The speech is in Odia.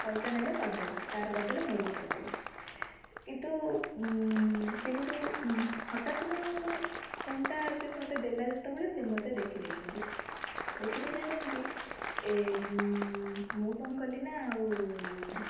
ପଇସା ନେଲେ କରିଦେଲେ ତାର କରିଦେଲେ ମୋର ବି କରିଦେଲେ କିନ୍ତୁ ସେ କିନ୍ତୁ ହଠାତ୍ ମୁଁ ଫର୍ମ ଟା ସେ ମୋତେ ଦେଲା ଯେତେବେଳେ ସେ ମୋତେ ଦେଖିଦେଇଛନ୍ତି ଦେଖିଦେଇଛନ୍ତି ଯେମିତି ମୁଁ କ'ଣ କଲି ନା ଆଉ